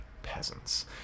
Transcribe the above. peasants